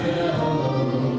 you know